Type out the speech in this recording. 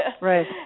Right